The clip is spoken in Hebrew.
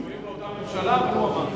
הם היו באותה ממשלה, אבל הוא אמר את זה.